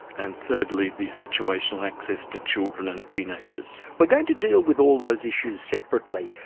and thirdly the situational access to children and teenagers. we're going to deal with all those issues separately.